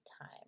time